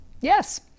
Yes